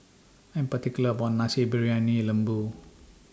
I'm particular about My Nasi Briyani Lembu